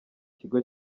kigo